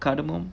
கடமும்:kadamum